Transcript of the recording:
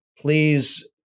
Please